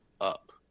up